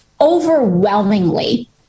overwhelmingly